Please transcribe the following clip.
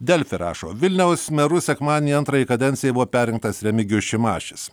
delfi rašo vilniaus meru sekmadienį antrajai kadencijai buvo perrinktas remigijus šimašis